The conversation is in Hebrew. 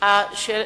הפיצוי.